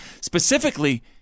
specifically